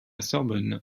sorbonne